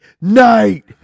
night